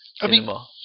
cinema